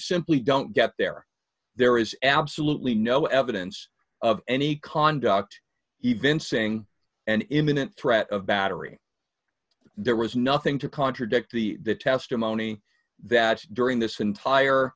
simply don't get there there is absolutely no evidence of any conduct even saying an imminent threat of battery there was nothing to contradict the testimony that during this entire